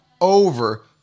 over